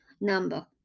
number